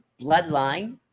Bloodline